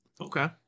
Okay